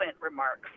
remarks